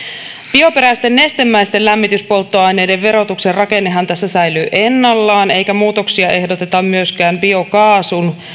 bioperäisten nestemäisten lämmityspolttoaineiden verotuksen rakennehan tässä säilyy ennallaan eikä muutoksia ehdoteta myöskään biokaasun